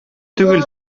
түгел